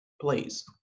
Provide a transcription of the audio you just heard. please